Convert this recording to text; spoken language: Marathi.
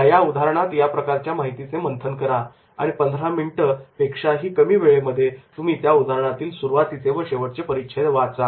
या या उदाहरणात या माहितीचे मंथन करा आणि पंधरा मिनिटं पेक्षाही कमी वेळेमध्ये तुम्ही त्या उदाहरणातील सुरवातीचे व शेवटाचे परिच्छेद वाचा